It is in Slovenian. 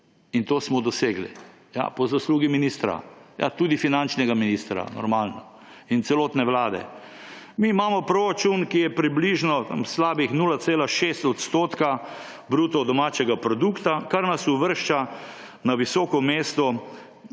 In to smo dosegli. Ja, po zaslugi ministra, ja, tudi finančnega ministra, normalno, in celotne vlade. Mi imamo proračun, ki je približno, tam slabih 0,6 % bruto domačega produkta, kar nas uvršča na visoko mesto,